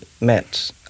met